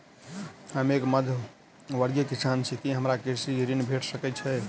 हम एक मध्यमवर्गीय किसान छी, की हमरा कृषि ऋण भेट सकय छई?